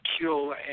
kill